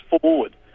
forward